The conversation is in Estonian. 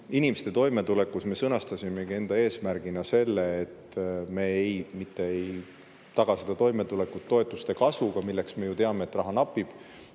Inimeste toimetuleku puhul me sõnastasimegi enda eesmärgina selle, et me mitte ei taga seda toimetulekutoetuste kasvuga, milleks, me ju teame, raha napib,